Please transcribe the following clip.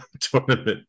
tournament